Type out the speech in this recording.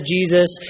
Jesus